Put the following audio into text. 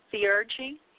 theurgy